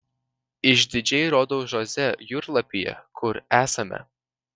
išdidžiai rodau žoze jūrlapyje kur esame